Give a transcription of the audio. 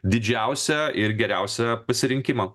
didžiausią ir geriausią pasirinkimą